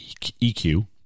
EQ